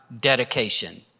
dedication